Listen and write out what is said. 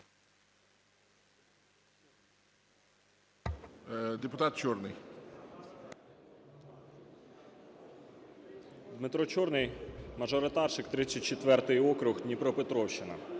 Дмитро Чорний, мажоритарщик, 34 округ, Дніпропетровщина.